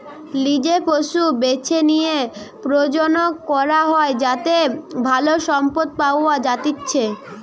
লিজে পশু বেছে লিয়ে প্রজনন করা হয় যাতে ভালো সম্পদ পাওয়া যাতিচ্চে